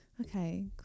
Okay